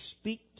speak